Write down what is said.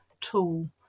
tool